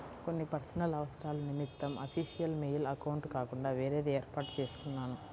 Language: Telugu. కొన్ని పర్సనల్ అవసరాల నిమిత్తం అఫీషియల్ మెయిల్ అకౌంట్ కాకుండా వేరేది వేర్పాటు చేసుకున్నాను